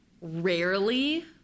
rarely